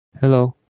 Hello